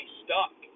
stuck